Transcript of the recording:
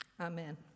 Amen